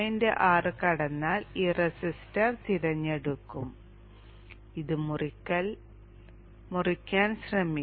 6 കടന്നാൽ ഈ റെസിസ്റ്റർ തിരഞ്ഞെടുക്കാം ഇത് മുറിക്കാൻ ശ്രമിക്കുന്നു